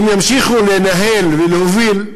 אם ימשיכו לנהל ולהוביל,